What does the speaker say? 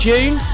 June